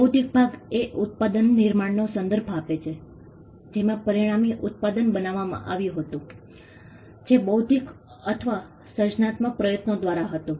બૌદ્ધિક ભાગ એ ઉત્પાદના નિર્માણનો સંદર્ભ આપે છે જેમાં પરિણામી ઉત્પાદન બનાવવામાં આવ્યું હતું જે બૌદ્ધિક અથવા સર્જનાત્મક પ્રયત્નો દ્વારા હતું